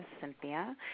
Cynthia